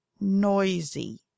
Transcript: noisy